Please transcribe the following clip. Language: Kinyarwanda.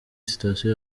sitasiyo